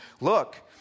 look